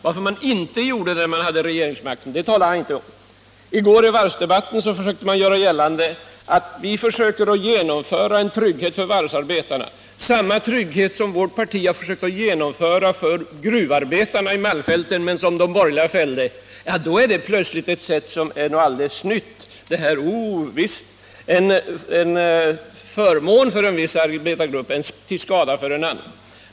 Varför man inte gjort detta när man hade regeringsmakten — det talade han inte om. I går i varvsdebatten försökte man göra gällande att centern försöker genomföra trygghet för varvsarbetarna - samma trygghet som vårt parti försökte genomföra för gruvarbetarna i Malmfälten men som de borgerliga avstyrde. Men nu är det här plötsligt något alldeles nytt — en förmån för en viss arbetargrupp är till skada för en annan.